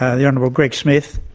ah the honourable greg smith,